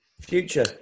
Future